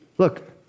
look